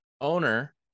owner